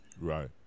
Right